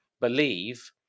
believe